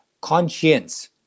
conscience